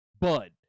bud